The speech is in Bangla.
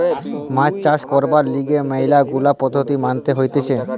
মাছ চাষ করবার লিগে ম্যালা গুলা পদ্ধতি মানতে হতিছে